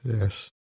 Yes